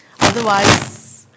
Otherwise